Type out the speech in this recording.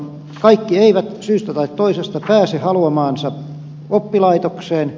kaikki eivät syystä taikka toisesta pääse haluamaansa oppilaitokseen